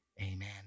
Amen